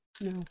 No